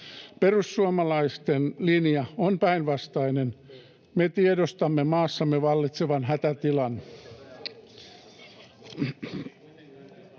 Perussuomalaisten linja on päinvastainen. Me tiedostamme maassamme vallitsevan hätätilan.